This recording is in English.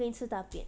我给你吃大便